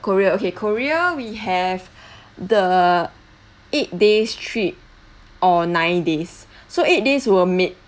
korea okay korea we have the eight days trip or nine days so eight days were made